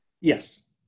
Yes